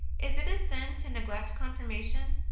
is it a sin to neglect confirmation?